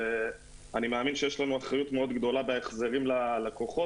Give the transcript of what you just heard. ואני מאמין שיש לנו אחריות מאוד גדולה בהחזרים ללקוחות.